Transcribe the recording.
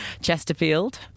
Chesterfield